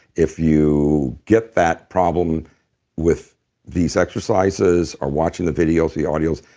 if you get that problem with these exercises or watching the videos, the audios,